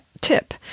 tip